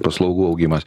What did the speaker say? paslaugų augimas